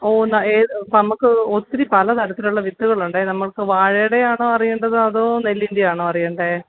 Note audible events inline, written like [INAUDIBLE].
[UNINTELLIGIBLE] ഏത് ഇപ്പോള് നമുക്ക് ഒത്തിരി പലതരത്തിലുള്ള വത്തുകളുണ്ട് നമുക്ക് വാഴയുടേതാണോ അറിയേണ്ടത് അതോ നെല്ലിൻറ്റെയാണോ അറിയേണ്ടത്